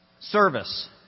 service